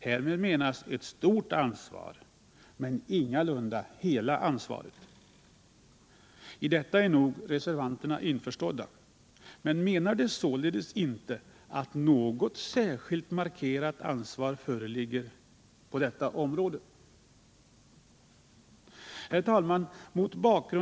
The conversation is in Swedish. Därmed menas ett stort ansvar men ingalunda hela ansvaret. I detta är nog reservanterna införstådda. Menar de således inte att något särskilt markerat samhällsansvar föreligger på detta område? Nr 54 Herr talman!